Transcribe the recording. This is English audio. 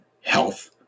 health